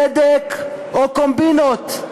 צדק או קומבינות.